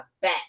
back